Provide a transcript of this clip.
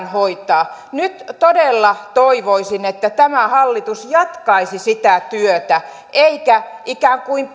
hoitaa nyt todella toivoisin että tämä hallitus jatkaisi sitä työtä eikä ikään kuin